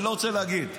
אני לא רוצה להגיד.